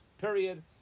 Period